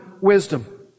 wisdom